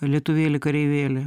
lietuvėli kareivėli